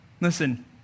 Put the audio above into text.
Listen